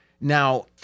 Now